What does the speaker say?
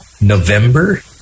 November